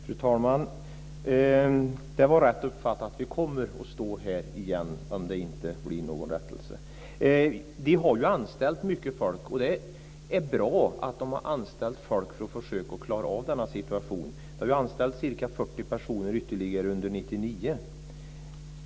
Fru talman! Det är rätt uppfattat. Vi kommer alltså att stå här igen om det inte blir en rättelse. Mycket folk har ju anställts och det är bra att man har gjort det som ett försök att klara av situationen. Ytterligare ca 40 personer har nämligen anställts under 1999.